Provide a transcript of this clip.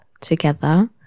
together